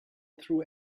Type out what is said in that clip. through